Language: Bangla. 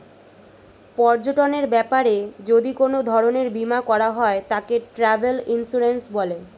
পর্যটনের ব্যাপারে যদি কোন ধরণের বীমা করা হয় তাকে ট্র্যাভেল ইন্সুরেন্স বলে